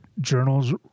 journals